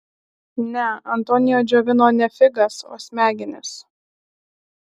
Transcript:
ne antonio džiovino ne figas o smegenis